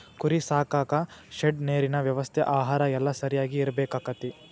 ಕುರಿ ಸಾಕಾಕ ಶೆಡ್ ನೇರಿನ ವ್ಯವಸ್ಥೆ ಆಹಾರಾ ಎಲ್ಲಾ ಸರಿಯಾಗಿ ಇರಬೇಕಕ್ಕತಿ